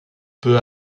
peu